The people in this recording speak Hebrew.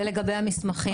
ולגבי המסמכים?